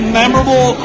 memorable